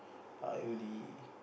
are you the